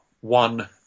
one